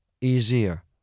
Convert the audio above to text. easier